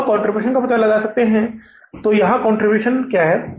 तो अब आप कंट्रीब्यूशन का पता लगा सकते हैं तो यहाँ कंट्रीब्यूशन क्या है